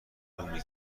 علومی